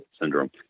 syndrome